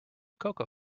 cocoa